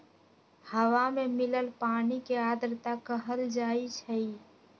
हवा में मिलल पानी के आर्द्रता कहल जाई छई